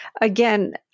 again